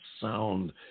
sound